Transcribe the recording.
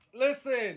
Listen